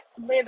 live